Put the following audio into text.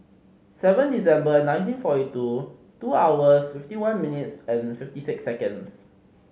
seven December nineteen forty two two hours fifty one minutes and fifty six seconds